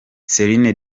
celine